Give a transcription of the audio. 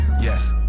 Yes